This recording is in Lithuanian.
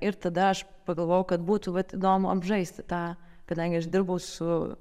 ir tada aš pagalvojau kad būtų vat įdomu apžaisti tą kadangi aš dirbau su